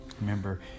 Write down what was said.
Remember